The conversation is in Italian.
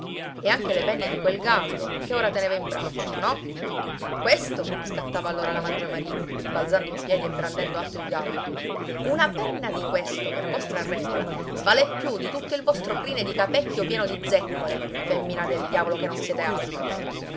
anche le penne di quel gallo che ora teneva in braccio no questo scattava allora la mangiamariti balzando in piedi e brandendo alto il gallo una penna di questo per vostra regola vale più di tutto il vostro crine di capecchio pieno di zeccole femmina del diavolo che non siete altro